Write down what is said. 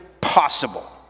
possible